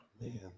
Man